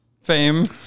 fame